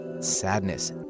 sadness